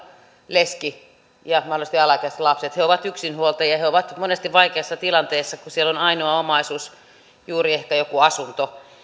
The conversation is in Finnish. leskiä joilla on mahdollisesti alaikäiset lapset lesket ovat yksinhuoltajia ja he ovat monesti vaikeassa tilanteessa kun ainoa omaisuus on juuri ehkä joku asunto